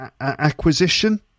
acquisition